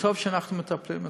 וטוב שאנחנו מטפלים בזה.